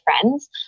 friends